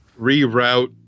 reroute